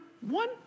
one